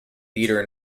theater